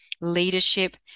leadership